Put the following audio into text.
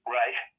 right